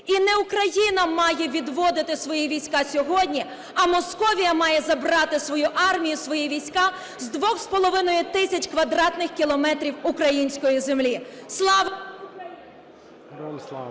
І не Україна має відводити свої війська сьогодні, а Московія має забрати свою армію, свої війська з двох із половиною тисяч квадратних кілометрів української землі. Слава Україні!